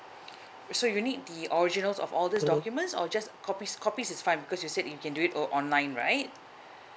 so you need the originals of all these documents or just copies copies is fine because you said you can do it o~ online right